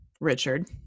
Richard